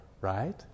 right